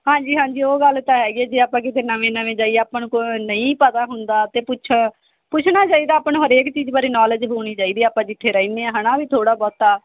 ਹਾਂਜੀ ਹਾਂਜੀ ਉਹ ਗੱਲ ਤਾਂ ਹੈਗੀ ਆ ਜੇ ਆਪਾਂ ਕਿਤੇ ਨਵੇਂ ਨਵੇਂ ਜਾਈਏ ਆਪਾਂ ਨੂੰ ਕੁ ਨਹੀਂ ਪਤਾ ਹੁੰਦਾ ਅਤੇ ਪੁਛ ਪੁੱਛਣਾ ਚਾਹੀਦਾ ਆਪਾਂ ਨੂੰ ਹਰੇਕ ਚੀਜ਼ ਬਾਰੇ ਨੌਲੇਜ ਹੋਣੀ ਚਾਹੀਦੀ ਆ ਆਪਾਂ ਜਿੱਥੇ ਰਹਿੰਦੇ ਹਾਂ ਹਨਾ ਵੀ ਥੋੜ੍ਹਾ ਬਹੁਤਾ